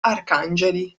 arcangeli